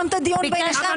בעניין